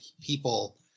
people